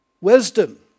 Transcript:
Wisdom